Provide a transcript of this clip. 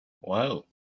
Wow